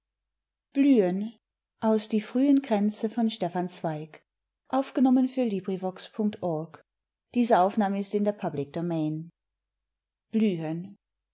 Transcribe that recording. leipzig die frühen kränze